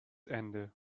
ende